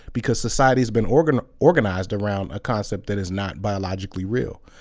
because society has been organized organized around a concept that is not bio logically real.